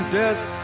death